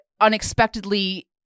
unexpectedly